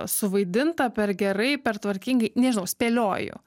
suvaidinta per gerai per tvarkingai nežinau spėlioju